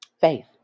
faith